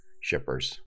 shippers